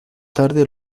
tarde